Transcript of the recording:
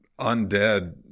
undead